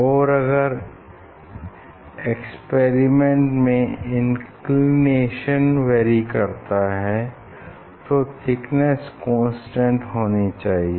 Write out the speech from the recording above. और अगर एक्सपेरिमेंट में इंक्लिनेशन वैरी करता है तो थिकनेस कांस्टेंट होनी चाहिए